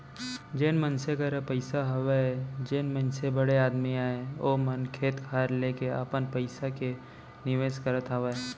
जेन मनसे करा पइसा हवय जेन मनसे बड़े आदमी अय ओ मन खेत खार लेके अपन पइसा के निवेस करत हावय